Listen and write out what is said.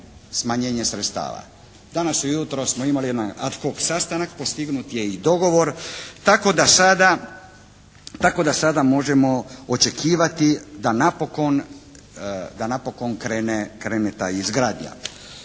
smanjenje sredstava. Danas ujutro smo imali jedan ad hoc sastanak, postignut je i dogovor tako da sada možemo očekivati da napokon krene ta izgradnja.